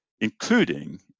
including